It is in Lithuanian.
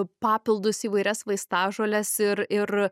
papildus įvairias vaistažoles ir ir